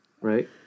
right